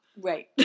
Right